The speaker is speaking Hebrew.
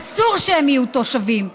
אסור שהם יהיו תושבים.